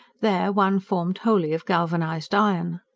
there one formed wholly of galvanised iron.